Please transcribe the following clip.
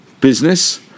Business